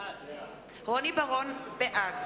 חברי הכנסת) רוני בר-און, בעד